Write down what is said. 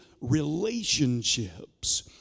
relationships